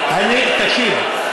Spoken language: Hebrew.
תקשיב,